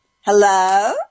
Hello